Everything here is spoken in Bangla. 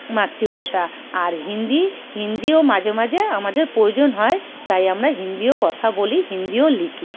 মাতৃভাষা আর হিন্দি হিন্দিও মাঝে মাঝে আমাদের প্রয়োজন হয় তাই আমরা হিন্দিও কথা বলি হিন্দিও লিখি